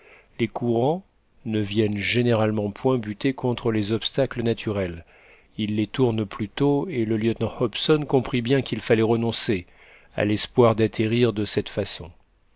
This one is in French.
les courants ne viennent généralement point butter contre les obstacles naturels ils les tournent plutôt et le lieutenant hobson comprit bien qu'il fallait renoncer à l'espoir d'atterrir de cette façon